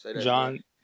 John